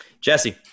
Jesse